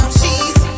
cheese